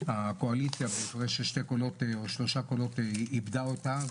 הקואליציה בהפרש של שתי קולות או שלושה קולות איבדה אותה.